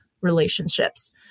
relationships